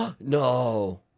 No